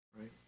right